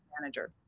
manager